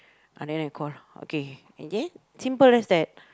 ah then I call lah okay okay simple as that